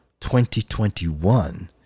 2021